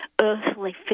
earthly